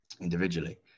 individually